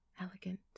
elegant